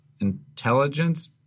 intelligence